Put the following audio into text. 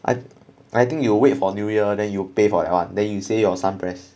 I I think you will wait for new year than you pay for one they you say your son press